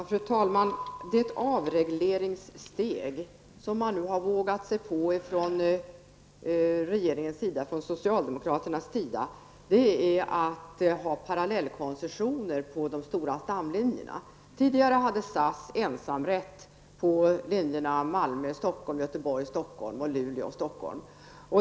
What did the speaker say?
Fru talman! Det steg mot avreglering som socialdemokraterna och regeringen nu har vågat sig på innebär att man tillåter parallellkoncessioner på de stora stamlinjerna. Tidigare hade SAS Göteborg--Stockholm och Luleå--Stockholm.